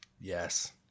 yes